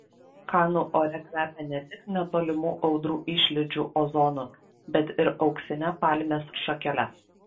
kanų ore kvepia ne tik netolimų audrų išlydžių ozonu bet ir auksine palmės šakele